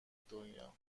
دنیا